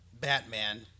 Batman